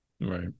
Right